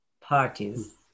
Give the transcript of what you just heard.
parties